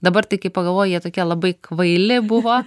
dabar tai kai pagalvoji jie tokie labai kvaili buvo